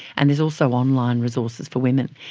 and there's also online resources for women.